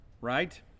right